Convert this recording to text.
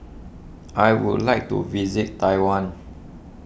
I would like to visit Taiwan